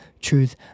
truth